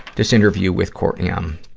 this interview with courtenay i'm,